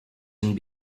and